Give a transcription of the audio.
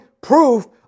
proof